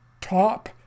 top